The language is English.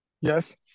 yes